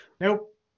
nope